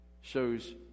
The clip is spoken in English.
shows